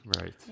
Right